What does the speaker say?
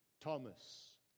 Thomas